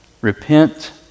Repent